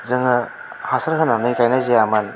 जोङो हासार होनानै गायनाय जायामोन